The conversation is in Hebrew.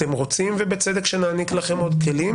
אתם רוצים ובצדק שנעניק לכם עוד כלים,